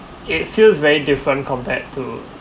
it feels very different compared to